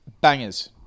Bangers